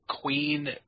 Queen